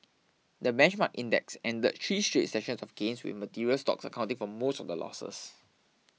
the benchmark index ended three straight sessions of gains with materials stocks accounting for most of the losses